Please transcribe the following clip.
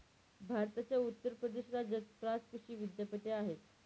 भारताच्या उत्तर प्रदेश राज्यात पाच कृषी विद्यापीठे आहेत